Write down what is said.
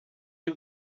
you